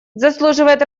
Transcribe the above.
заслуживает